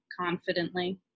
confidently